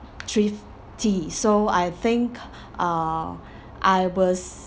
thrifty so I think uh I was